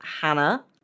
Hannah